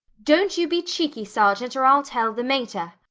don't you be cheeky. sergeant, or i'll tell the mater.